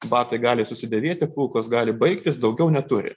batai gali susidėvėti kulkos gali baigtis daugiau neturi